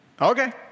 Okay